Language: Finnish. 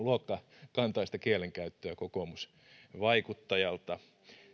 luokkakantaista kielenkäyttöä kokoomusvaikuttajalta